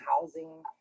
housing